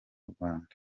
rwanda